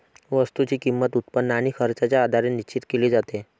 वस्तूची किंमत, उत्पन्न आणि खर्चाच्या आधारे निश्चित केली जाते